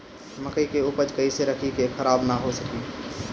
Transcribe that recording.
मकई के उपज कइसे रखी की खराब न हो सके?